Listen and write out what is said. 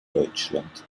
deutschland